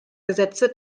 gesetze